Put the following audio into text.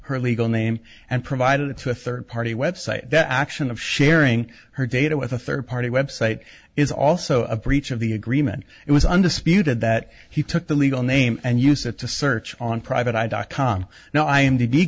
her legal name and provided it to a third party website that action of sharing her data with a third party website is also a breach of the agreement it was undisputed that he took the legal name and use it to search on private eye dot com now i am